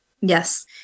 Yes